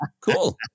cool